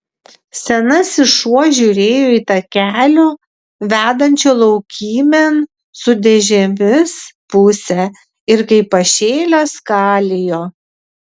senasis šuo žiūrėjo į takelio vedančio laukymėn su dėžėmis pusę ir kaip pašėlęs skalijo